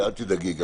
אל תדאגי,